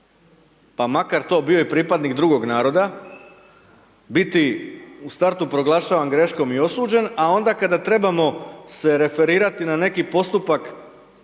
pa makar to bio i pripadnik drugog naroda, biti u startu proglašavan greškom i osuđen, a onda kada trebamo se referirati na neki postupak